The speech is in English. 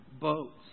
boats